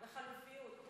וחלופיות.